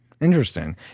interesting